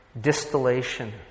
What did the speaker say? distillation